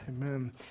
Amen